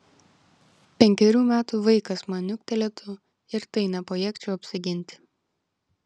penkerių metų vaikas man niuktelėtų ir tai nepajėgčiau apsiginti